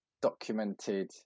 documented